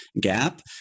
gap